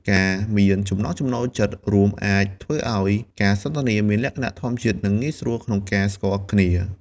ការមានចំណង់ចំណូលចិត្តរួមអាចធ្វើឱ្យការសន្ទនាមានលក្ខណៈធម្មជាតិ និងងាយស្រួលក្នុងការស្គាល់គ្នា។